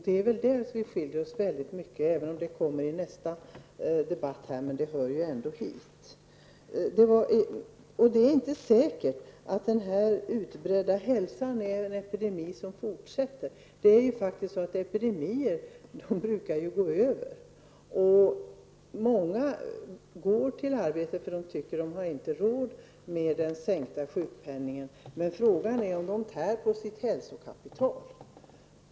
Det är väl där skillnaden ligger. Frågan kommer ju upp i nästa debatt, men den hör ändå hit. Det är inte säkert att den utbredda hälsan är en epidemi som fortsätter. Epidemier brukar ju gå över. Många går till arbetet därför att de inte tycker att de har råd med den sänkta sjukpenningen. Frågan är om de tär på sitt hälsokapital.